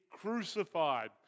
crucified